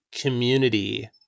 community